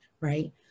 right